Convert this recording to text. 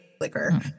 liquor